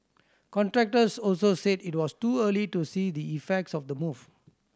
contractors also said it was too early to see the effects of the move